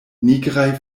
nigraj